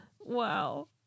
wow